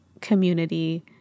community